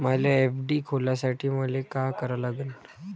मले एफ.डी खोलासाठी मले का करा लागन?